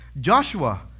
Joshua